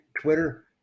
Twitter